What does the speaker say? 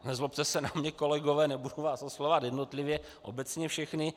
Nezlobte se na mě kolegové, nebudu vás oslovovat jednotlivě, obecně všechny.